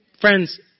Friends